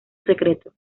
secreto